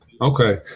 Okay